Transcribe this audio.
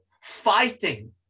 fighting